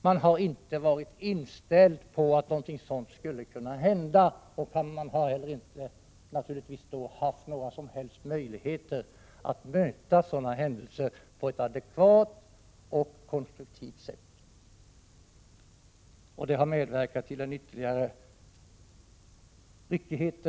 Man har inte varit inställd på att någonting sådant skulle kunna hända, och man har därför inte haft några som helst möjligheter att möta sådana händelser på ett adekvat och konstruktivt sätt. Detta har medverkat till en ytterligare ryckighet.